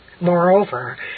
Moreover